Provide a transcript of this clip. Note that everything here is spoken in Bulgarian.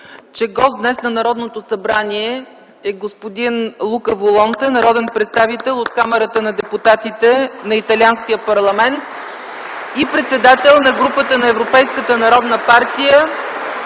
че днес гост на Народното събрание е господин Лука Волонте – народен представител от Камарата на депутатите на италианския парламент и председател на Групата на Европейската народна партия